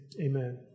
amen